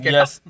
Yes